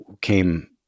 came